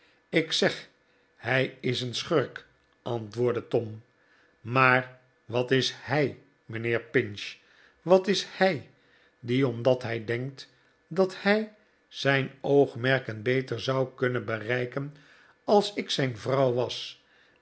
ik zeg hij is een schurk antwoordde tom maar wat is hij mijnheer pinch wat is hij die omdat hij denkt dat hij zijn oogmerken beter zou kunnen bereiken als ik zijn vrouw was